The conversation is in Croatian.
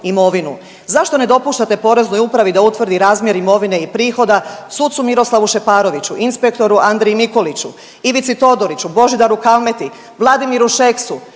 imovinu. Zašto ne dopuštate Poreznoj upravi da utvrdi razmjer imovine i prihoda sucu Miroslavu Šeparoviću, inspektoru Andriji Mikuliću, Ivici Todoriću, Božidaru Kalmeti, Vladimiru Šeksu,